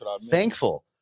thankful